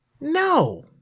No